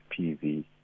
PV